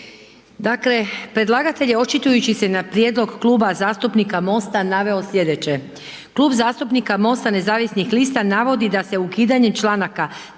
Dakle predlagatelj je očitujući se na prijedlog Kluba zastupnika MOST-a naveo slijedeće. Klub zastupnika MOST-a nezavisnih lista navodi da se ukidanjem članaka